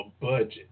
budget